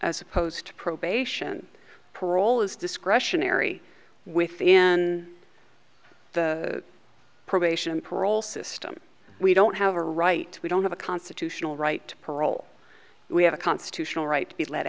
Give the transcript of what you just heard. as opposed to probation parole is discretionary within the probation parole system we don't have a right we don't have a constitutional right to parole we have a constitutional right to be let